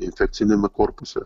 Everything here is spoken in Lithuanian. infekciniame korpuse